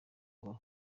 byo